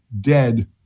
dead